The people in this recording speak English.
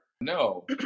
no